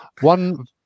One